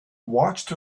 watched